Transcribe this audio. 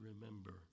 remember